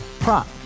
Prop